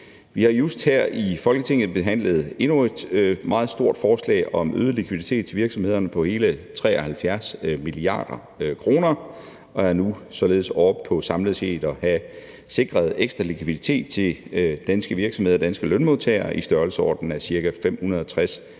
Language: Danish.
Vi har just her i Folketinget behandlet endnu et meget stort forslag om øget likviditet til virksomhederne på hele 73 mia. kr. og er nu således oppe på samlet set at have sikret ekstra likviditet til danske virksomheder og danske lønmodtagere i størrelsesordenen af ca. 560 mia. kr.